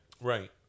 Right